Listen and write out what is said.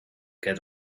get